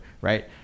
right